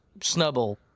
Snubble